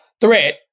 threat